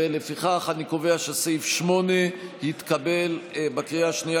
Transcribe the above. לפיכך אני קובע שסעיף 8 התקבל בקריאה השנייה,